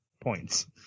points